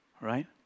Right